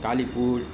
Kalipur